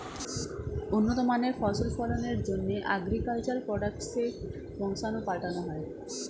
উন্নত মানের ফসল ফলনের জন্যে অ্যাগ্রিকালচার প্রোডাক্টসের বংশাণু পাল্টানো হয়